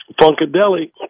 Funkadelic